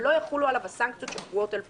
ולא יחולו עליו הסנקציות שקבועות על פורש.